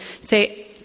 say